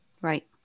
Right